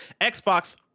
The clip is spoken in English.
Xbox